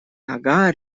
ага